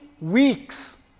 weeks